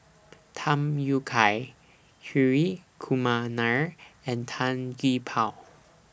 Tham Yui Kai Hri Kumar Nair and Tan Gee Paw